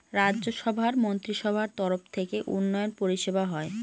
রাজ্য সভার মন্ত্রীসভার তরফ থেকে উন্নয়ন পরিষেবা হয়